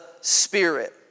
Spirit